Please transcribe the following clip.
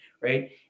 right